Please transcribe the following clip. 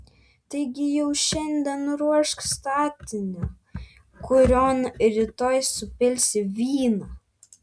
taigi jau šiandien ruošk statinę kurion rytoj supilsi vyną